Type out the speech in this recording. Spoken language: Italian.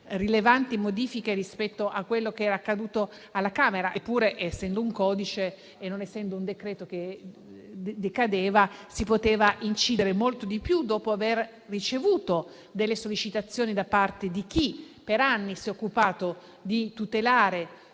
rilevanti modifiche rispetto a quello che era accaduto alla Camera. Eppure, essendo un codice e non un decreto che decade, si sarebbe potuto incidere molto di più dopo aver ricevuto delle sollecitazioni da parte di chi per anni si è occupato di tutelare